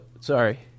Sorry